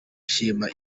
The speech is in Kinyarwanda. shima